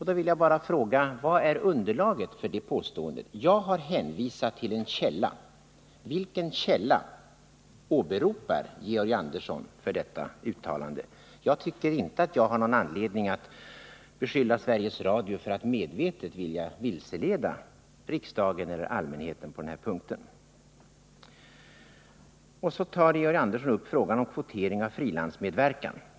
Då vill jag bara fråga: Vad är underlaget för det påståendet? Jag har hänvisat till en källa. Vilken källa åberopar Georg Nr 102 Andersson för sitt uttalande? Jag tycker inte att jag har någon anledning att beskylla Sveriges Radio för att medvetet vilja vilseleda riksdagen eller allmänheten på denna punkt. Georg Andersson tar upp frågan om kvotering av frilansmedverkan.